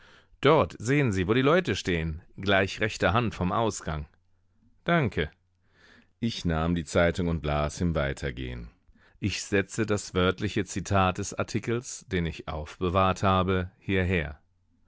dort sehen sie wo die leute stehen gleich rechter hand vom ausgang danke ich nahm die zeitung und las im weitergehen ich setze das wörtliche zitat des artikels den ich aufbewahrt habe hierher